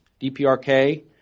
DPRK